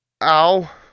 Ow